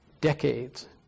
decades